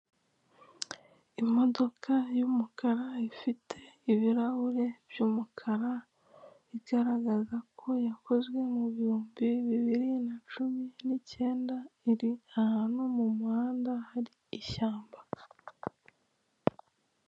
Imodoka y'umukara ifite ibirahure by'umukara, igaragaza ko yakozwe mu bihumbi bibiri na cumi n'icyenda, iri ahantu mu muhanda hari ishyamba.